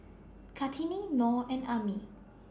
Kartini Nor and Ammir